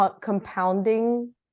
compounding